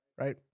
right